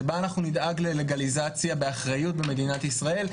שבה נדאג ללגליזציה באחריות במדינת ישראל.